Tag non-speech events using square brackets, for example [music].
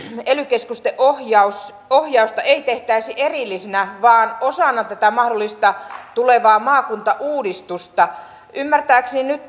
ely keskusten ohjausta ei tehtäisi erillisenä vaan osana tätä mahdollista tulevaa maakuntauudistusta ymmärtääkseni nyt [unintelligible]